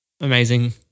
Amazing